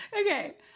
Okay